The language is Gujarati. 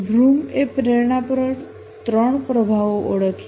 વૃમ એ પ્રેરણા પર ત્રણ પ્રભાવો ઓળખ્યા